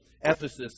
Ephesus